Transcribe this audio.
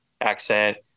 accent